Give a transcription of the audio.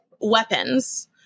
weapons